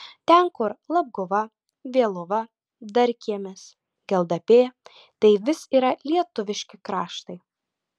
ten kur labguva vėluva darkiemis geldapė tai vis yra lietuviški kraštai